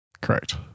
Correct